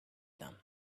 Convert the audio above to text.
them